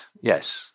yes